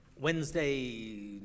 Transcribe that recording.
Wednesday